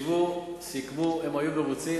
ישבו, סיכמו, הם היו מרוצים.